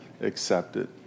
accepted